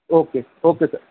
okay okay sir